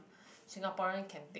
singaporean can take